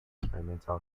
experimental